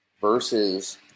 versus